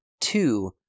two